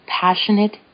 passionate